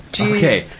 Okay